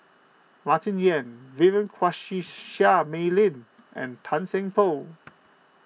Martin Yan Vivien Quahe Seah Mei Lin and Tan Seng Poh